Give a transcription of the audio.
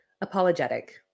apologetic